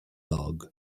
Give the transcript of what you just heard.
dog